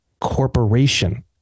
corporation